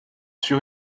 sur